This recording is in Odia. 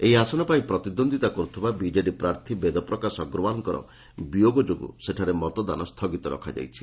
ଏହି ଆସନ ପାଇଁ ପ୍ରତିଦ୍ୱନ୍ଦିତା କରୁଥିବା ବିଜେଡ଼ି ପ୍ରାର୍ଥୀ ବେଦପ୍ରକାଶ ଅଗ୍ରଓ୍ୱାଲଙ୍କର ବିୟୋଗ ଯୋଗୁଁ ସେଠାରେ ମତଦାନ ସ୍ଥଗିତ ରଖାଯାଇଛି